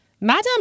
Madam